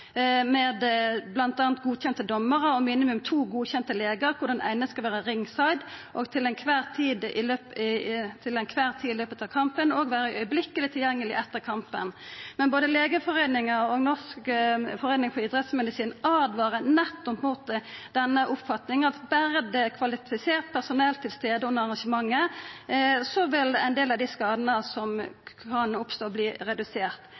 med bl.a. godkjende dommarar og minimum to godkjende legar, der den eine skal vera ringside «til enhver tid i løpet av kampen og være øyeblikkelig tilgjengelig etter kampen». Men både Legeforeningen og Norsk forening for idrettsmedisin og fysisk aktivitet åtvarar nettopp mot den oppfatninga at berre det er kvalifisert personell til stades under arrangementet, vil ein del av